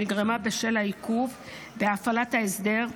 שנגרמה בשל העיכוב בהפעלת ההסדר,